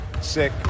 sick